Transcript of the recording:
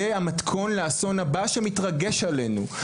זה המתכון לאסון הבא, שמתרגש עלינו.